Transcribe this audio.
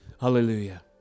Hallelujah